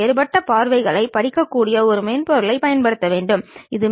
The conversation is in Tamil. ஆனால் அதை பக்கவாட்டிலிருந்து பார்க்கும் பொழுது ஒரு இணைகரம் போன்று காட்சியளிக்கும்